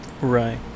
Right